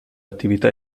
attività